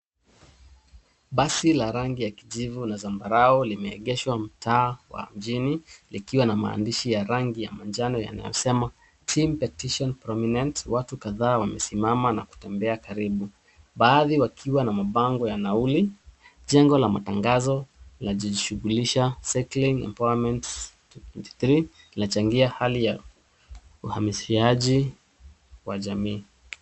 Basi la rangi ya kijivu na zambarau limeegeshwa mtaa wa mjini likiwa na maandishi ya rangi ya manjano yanayosema Team Petition Prominent . Watu kadhaa wamesimama na kutembea karibu. baadhi wakiwa na mabango ya nauli. Jengo la matangazo lajishughulisha Settling Empowerment 2023 linachangia hali ya uhamishiaji wa jamii.